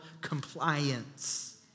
compliance